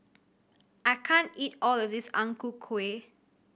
I can't eat all of this Ang Ku Kueh